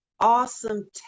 awesome